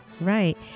right